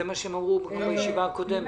זה מה שהם אמרו בישיבה הקודמת.